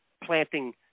planting